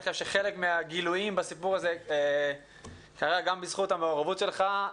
חלק מהגילויים בסיפור הזה קרו בזכות המעורבות שלך.